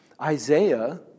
Isaiah